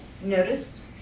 Notice